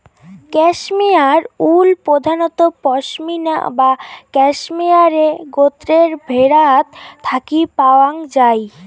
cashmere wool প্রধানত পসমিনা বা ক্যাশমেয়ারে গোত্রের ভ্যাড়াত থাকি পাওয়াং যাই